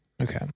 Okay